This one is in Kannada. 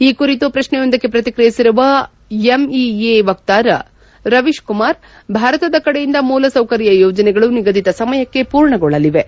ಈ ಕುರಿತು ಪ್ರಶ್ನೆಯೊಂದಕ್ಕೆ ಪ್ರತಿಕ್ರಿಯಿಸಿರುವ ಎಂಇಎ ವಕ್ತಾರ ರವೀಶ್ ಕುಮಾರ್ ಭಾರತದ ಕಡೆಯಿಂದ ಮೂಲಸೌಕರ್ಯ ಯೋಜನೆಗಳು ನಿಗದಿತ ಸಮಯಕ್ಕೆ ಪೂರ್ಣಗೊಳ್ಳಲಿವೆ